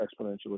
exponentially